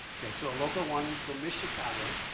so a local one, so miss chicago.